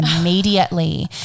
immediately